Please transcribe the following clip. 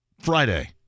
Friday